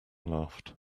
laughed